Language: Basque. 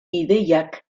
ideiak